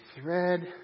thread